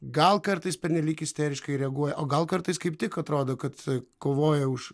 gal kartais pernelyg isteriškai reaguoja o gal kartais kaip tik atrodo kad kovoja už